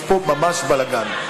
יש פה ממש בלגן.